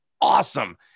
awesome